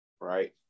right